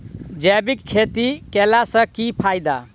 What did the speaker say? जैविक खेती केला सऽ की फायदा?